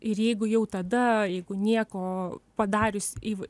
ir jeigu jau tada jeigu nieko padarius į